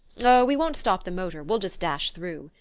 oh, we won't stop the motor we'll just dash through,